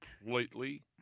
completely